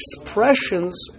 expressions